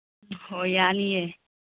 ꯍꯣ ꯌꯥꯅꯤꯌꯦ